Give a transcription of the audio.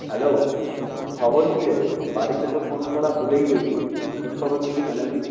hello তোর খবর কিরে বাড়িতে তো ফোন করা ভুলেই গেছিস খোঁজ খবর নিবি না নাকি